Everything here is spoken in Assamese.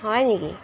হয় নেকি